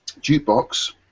jukebox